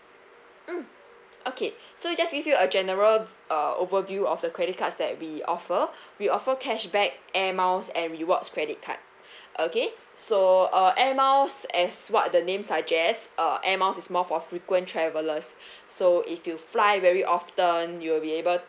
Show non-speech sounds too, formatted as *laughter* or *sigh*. mm okay so just give you a general uh overview of the credit cards that we offer *breath* we offer cashback air miles and rewards credit card *breath* okay so uh air miles as what the name suggests uh air miles is more for frequent travellers *breath* so if you fly very often you'll be able